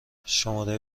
شماره